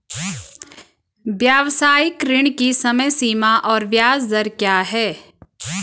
व्यावसायिक ऋण की समय सीमा और ब्याज दर क्या है?